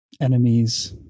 Enemies